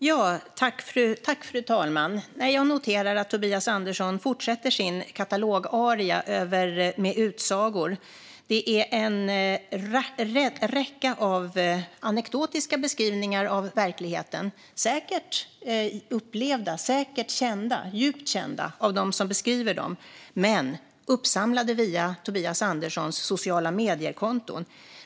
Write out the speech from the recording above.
Fru talman! Jag noterar att Tobias Andersson fortsätter sin katalogaria med utsagor. Det är en räcka av anekdotiska beskrivningar av verkligheten, säkert upplevda och säkert kända - djupt kända - av dem som beskriver dem men uppsamlade via Tobias Anderssons konton på sociala medier.